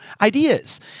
ideas